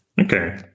Okay